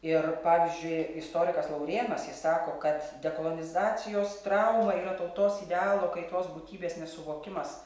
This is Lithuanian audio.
ir pavyzdžiui istorikas laurėnas jis sako kad dekolonizacijos trauma yra tautos idealo kaitos būtybės nesuvokimas